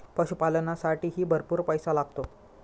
पशुपालनालासाठीही भरपूर पैसा लागतो